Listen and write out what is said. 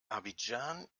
abidjan